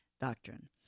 doctrine